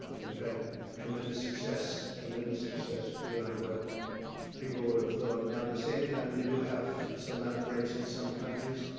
we've had tremendous success, tremendous success beyond what people would have thought. now, at the same time you do have some outbreaks in some countries,